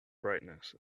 brightness